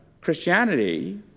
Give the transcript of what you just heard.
Christianity